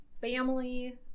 family